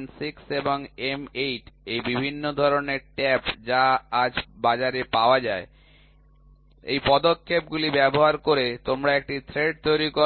M6 এবং M8 এই বিভিন্ন ধরণের ট্যাপ যা আজ বাজারে পাওয়া যায় এই পদক্ষেপগুলি ব্যবহার করে তোমরা একটি থ্রেড তৈরি কর